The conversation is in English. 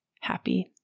happy